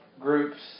groups